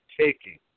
taking